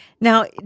Now